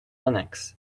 linux